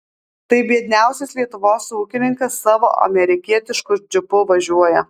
tai biedniausias lietuvos ūkininkas savo amerikietišku džipu važiuoja